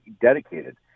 dedicated